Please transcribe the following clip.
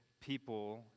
people